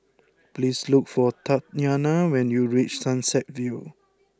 please look for Tatyanna when you reach Sunset View